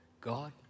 God